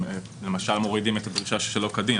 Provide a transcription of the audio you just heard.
למשל מורידים את הדרישה של שלא כדין.